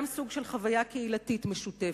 גם סוג של חוויה קהילתית משותפת,